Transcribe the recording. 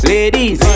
Ladies